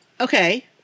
Okay